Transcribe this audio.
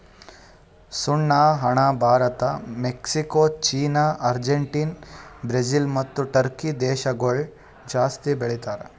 ಸುಣ್ಣ ಹಣ್ಣ Bharat, Mexico, China, Argentina, Brazil ಮತ್ತ ಟರ್ಕಿ ದೇಶಗೊಳ್ ಜಾಸ್ತಿ ಬೆಳಿತಾರ್